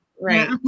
Right